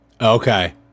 okay